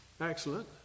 Excellent